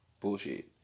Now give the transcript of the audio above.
bullshit